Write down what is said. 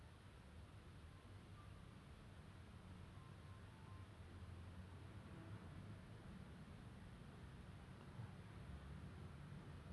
ya I just want I I mean~ I was actually afraid you know like because my even though circuit breaker right my parents still have to go and work so I was like worried like what if if it like